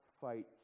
fights